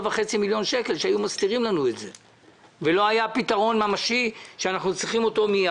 של 4.5 מיליון שקלים ולא היה הפתרון הממשי והמידי שאנחנו זקוקים לו.